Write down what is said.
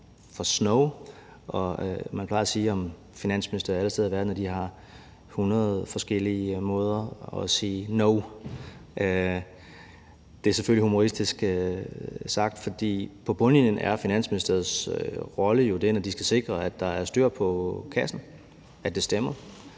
for snow, og man plejer at sige om finansministerier alle steder i verden, at de har 100 forskellige måder til at sige no. Det er selvfølgelig humoristisk sagt, for på bundlinjen er Finansministeriets rolle jo den, at de skal sikre, at der er styr på kassen, at den stemmer,